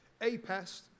APEST